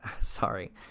sorry